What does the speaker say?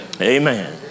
amen